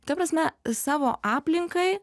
ta prasme savo aplinkai